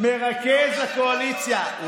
אתה מכיר את היועצת המשפטית, היא